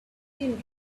filled